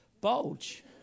bulge